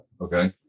okay